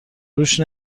روش